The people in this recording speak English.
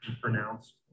pronounced